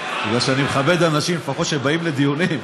כי אני מכבד אנשים שלפחות באים לדיונים.